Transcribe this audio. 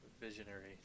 Visionary